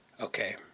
okay